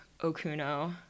Okuno